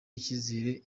icyizere